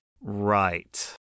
Right